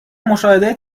مشاهده